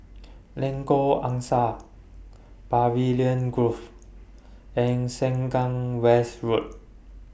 Lengkok Angsa Pavilion Grove and Sengkang West Road